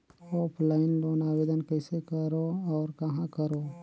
Offline loan आवेदन कइसे करो और कहाँ करो?